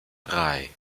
drei